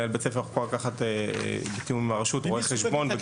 מנהל בית הספר יכול לקחת בתיאום עם הרשות רואה חשבון.